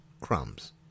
Crumbs